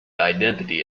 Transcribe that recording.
identity